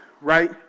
right